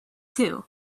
too